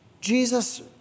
Jesus